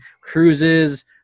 cruises